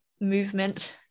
movement